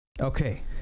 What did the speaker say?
okay